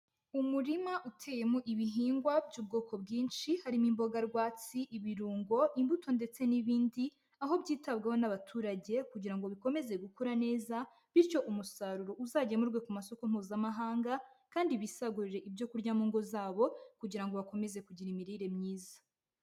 Umurima uteyemo ibihingwa by'ubwoko bwinshi harimo imboga rwatsi, ibirungo, imbuto ndetse n'ibindi, aho byitabwaho n'abaturage kugira ngo bikomeze gukura neza bityo umusaruro uzagemurwe ku masoko mpuzamahanga kandi bisagurire ibyo kurya mu ngo zabo kugira ngo bakomeze kugira imirire myiza.